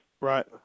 Right